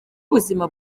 ubuzima